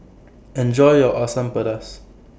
Enjoy your Asam Pedas